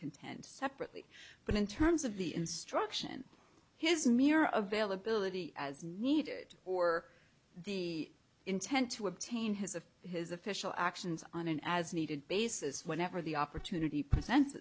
contend separate but in terms of the instruction his mirror of bail ability as needed or the intent to obtain his of his official actions on an as needed basis whenever the opportunity present